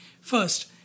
first